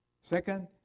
Second